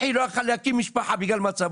אחי לא יכול היה להקים משפחה בגלל מצבו.